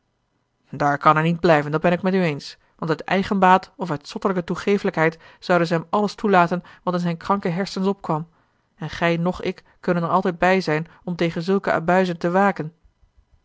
daar kan hij niet blijven dat ben ik met u eens want uit eigenbaat of uit zottelijke toegeeflijkheid zouden ze hem alles toelaten wat in zijne kranke hersens opkwam en gij noch ik kunnen er altijd bij zijn om tegen zulke abuizen te waken